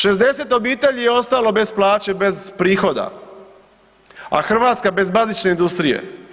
60 obitelji je ostalo bez plaće, bez prihoda a Hrvatska bez bazične industrije.